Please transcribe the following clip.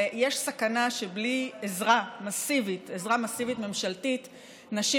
ויש סכנה שבלי עזרה ממשלתית מסיבית נשים